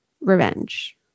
revenge